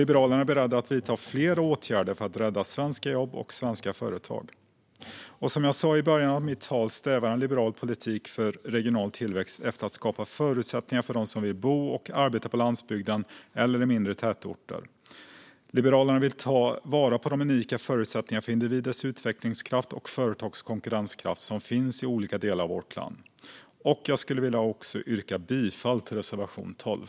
Liberalerna är beredda att vidta fler åtgärder för att rädda svenska jobb och svenska företag. Som jag sa i början av mitt anförande strävar en liberal politik för regional tillväxt efter att skapa förutsättningar för dem som vill bo och arbeta på landsbygden eller i mindre tätorter. Liberalerna vill ta vara på de unika förutsättningar för individers utvecklingskraft och företags konkurrenskraft som finns i olika delar av vårt land. Jag yrkar bifall till reservation 12.